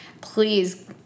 please